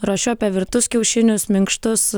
ruošiu apie virtus kiaušinius minkštus